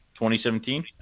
2017